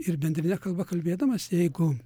ir bendrine kalba kalbėdamas jeigu